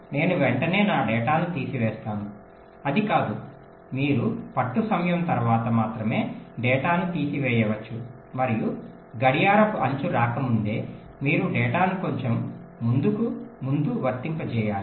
నేను వెంటనే నా డేటాను తీసివేస్తాను అది కాదు మీరు పట్టు సమయం తర్వాత మాత్రమే డేటాను తీసివేయవచ్చు మరియు గడియారపు అంచు రాకముందే మీరు డేటాను కొంచెం ముందు వర్తింపజేయాలి